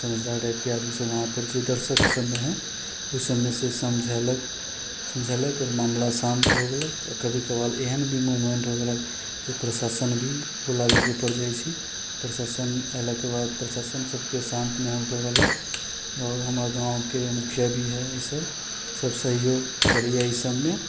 समझदार टाइपके आदमी सब वहाँपर दर्शक सबमे हइ ओहिसबमेसँ समझेलक आओर मामला शान्त हो गेलक कभी कभार एहन भी मूवमेन्ट हो गेलक जे प्रशाशनके भी बुलाबेके पड़ि जाइ छै प्रशासन अएलाके बाद प्रशाशन सबके शान्त माहौल करबेलक आओर हमरा गाँवके मुखिया भी हए ईसब सहयोग करैए ईसबमे